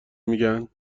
میگن